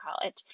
college